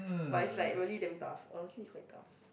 but is like really damn tough honestly is quite tough